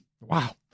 Wow